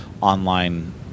online